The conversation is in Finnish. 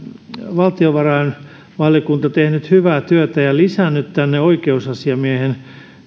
valtiovarainvaliokunta tehnyt hyvää työtä ja lisännyt tänne oikeusasiamiehen